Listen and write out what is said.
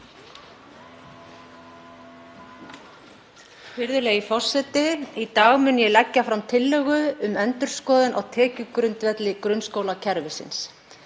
Virðulegi forseti. Í dag mun ég leggja fram tillögu um endurskoðun á tekjugrundvelli grunnskólakerfisins.